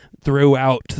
throughout